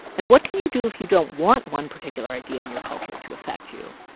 and what can you do if you don't want one particular idea in your culture to affect you?